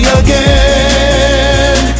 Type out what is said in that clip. again